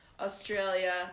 Australia